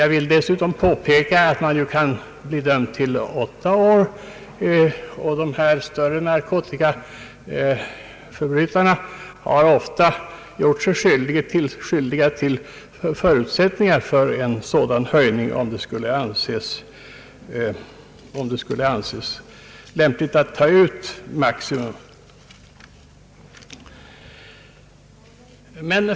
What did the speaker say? Jag vill dessutom påpeka att en brottsling ju sammanlagt kan bli dömd till åtta år, och de större narkotikaförbrytarna har ofta gjort sig skyldiga till sådana handlingar att man kan utdöma ett sådant straff, om det skulle anses lämpligt att ta ut maximum.